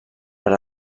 per